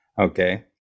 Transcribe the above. okay